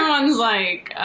um like,